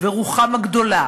ורוחם הגדולה